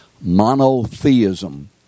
Monotheism